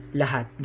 lahat